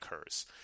occurs